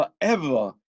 forever